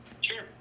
Sure